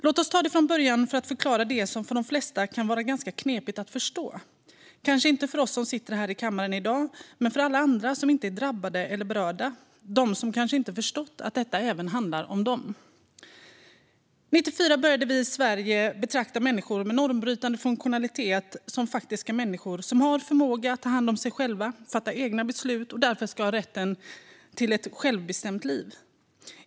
Låt oss ta det från början för att förklara det som för de flesta kan vara ganska knepigt att förstå, kanske inte för oss som sitter här i kammaren i dag men för alla andra som inte är drabbade eller berörda, de som kanske inte förstått att detta även handlar om dem. År 1994 började vi i Sverige betrakta människor med normbrytande funktionalitet som faktiska människor som har förmåga att ta hand om sig själva och fatta egna beslut och därför ska ha rätten till ett självbestämt liv.